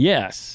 Yes